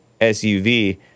SUV